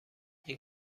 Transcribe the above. این